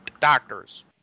doctors